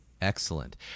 Excellent